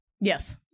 Yes